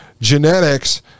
genetics